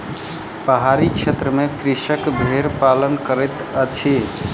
पहाड़ी क्षेत्र में कृषक भेड़ पालन करैत अछि